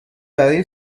برای